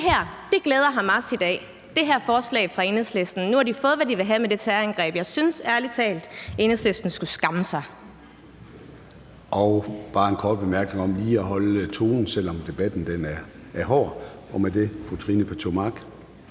Det her glæder Hamas – det her forslag fra Enhedslisten. Nu har de fået, hvad de ville have med det terrorangreb. Jeg synes ærligt talt, at Enhedslisten skulle skamme sig.